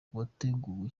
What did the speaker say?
wateguye